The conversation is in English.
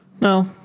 no